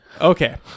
Okay